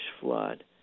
flood